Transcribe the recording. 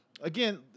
again